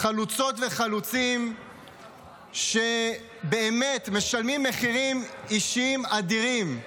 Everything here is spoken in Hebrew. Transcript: חלוצות וחלוצים שבאמת משלמים מחירים אישיים אדירים.